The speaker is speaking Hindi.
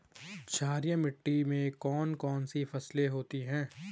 क्षारीय मिट्टी में कौन कौन सी फसलें होती हैं?